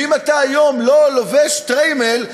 ואם אתה היום לא לובש שטריימל,